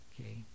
okay